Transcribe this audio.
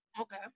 Okay